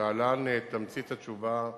ולהלן תמצית התשובה שהתקבלה: